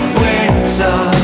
winter